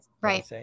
Right